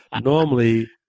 Normally